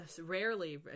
rarely